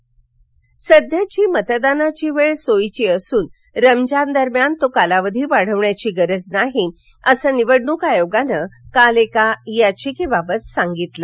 दरम्यान सध्याची मतदानाची वेळ सोयीची असून रमजान दरम्यान तो कालावधी वाढवण्याची गरज नाही असं निवडणूक आयोगानं काल एका याचिकेबाबत सांगितलं